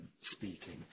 speaking